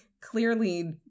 clearly